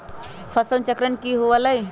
फसल चक्रण की हुआ लाई?